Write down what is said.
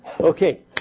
Okay